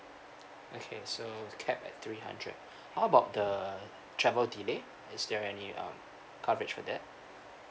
okay so it's capped at three hundred how about the travel delay is there any um coverage for that